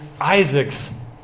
Isaac's